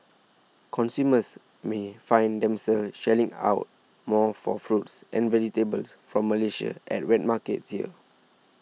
consumers may find themselves shelling out more for fruits and vegetables from Malaysia at wet markets here